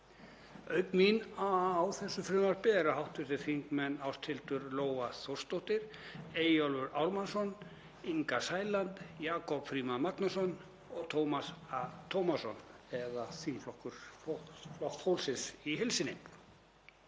Auk mín á þessu frumvarpi eru hv. þingmenn Ásthildur Lóa Þórsdóttir, Eyjólfur Ármannsson, Inga Sæland, Jakob Frímann Magnússon og Tómas A. Tómasson, eða þingflokkur Flokks fólksins í heild sinni.